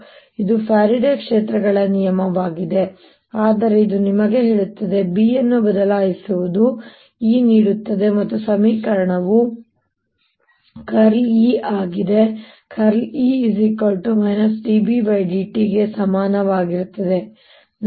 ಆದ್ದರಿಂದ ಇದು ಫ್ಯಾರಡೆಯ ಕ್ಷೇತ್ರಗಳ ನಿಯಮವಾಗಿದೆ ಆದರೆ ಇದು ನಿಮಗೆ ಹೇಳುತ್ತದೆ B ಅನ್ನು ಬದಲಾಯಿಸುವುದು E ನೀಡುತ್ತದೆ ಮತ್ತು ಸಮೀಕರಣವು ಆಗಿದೆ ಇದು B∂t ಗೆ ಸಮಾನವಾಗಿರುತ್ತದೆ